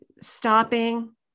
stopping